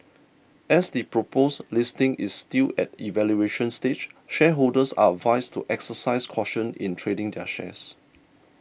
as the proposed listing is still at evaluation stage shareholders are advised to exercise caution in trading their shares